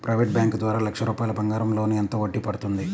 Private bank ద్వారా లక్ష రూపాయలు బంగారం లోన్ ఎంత వడ్డీ పడుతుంది?